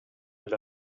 эле